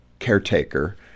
caretaker